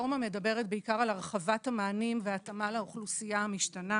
הרפורמה מדברת בעיקר על הרחבת המענים והתאמה לאוכלוסייה המשתנה.